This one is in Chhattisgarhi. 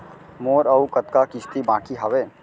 मोर अऊ कतका किसती बाकी हवय?